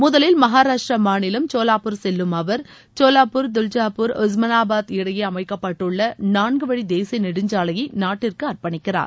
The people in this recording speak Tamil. முதலில் மகாராஷ்டிர மாநிலம் சோலாப்பூர் செல்லும் அவர் சோலாப்பூர் துல்ஜாப்பூர் ஒஸ்மனாபாத் இடையே அமைக்கப்பட்டுள்ள நான்கு வழி தேசிய நெடுஞ்சாலையை நாட்டிற்கு அர்ப்பணிக்கிறார்